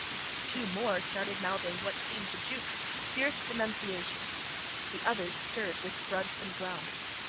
two more started mouthing what seemed to jukes fierce denunciations the others stirred with grunts and growls.